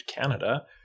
Canada